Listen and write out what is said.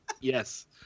Yes